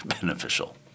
beneficial